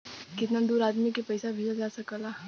कितना दूर आदमी के पैसा भेजल जा सकला?